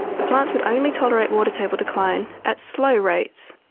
the plants would only tolerate water table decline at slow rates.